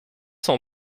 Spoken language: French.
cent